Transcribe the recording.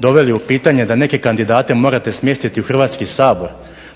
doveli u pitanje da neke kandidate morate smjestiti u Hrvatski sabor,